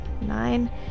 nine